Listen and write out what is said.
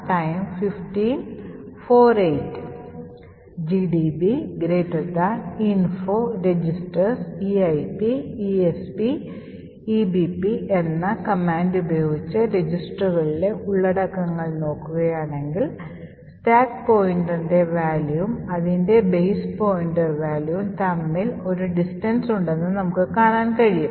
gdb info registers eip esp ebp എന്ന command ഉപയോഗിച്ച് രജിസ്റ്ററുകളിലെ ഉള്ളടക്കങ്ങൾ നോക്കുകയാണെങ്കിൽ സ്റ്റാക്ക് pointerൻറെ valueഉം അതിൻറെ base pointerൻറെ valueഉം തമ്മിൽ ഒരു അകലം ഉണ്ടെന്ന് നമ്മൾ കാണുന്നു